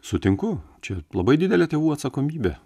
sutinku čia labai didelė tėvų atsakomybė